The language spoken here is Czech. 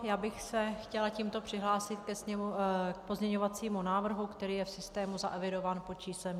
Já bych se chtěla tímto přihlásit k pozměňovacímu návrhu, který je v systému zaevidován pod číslem 919.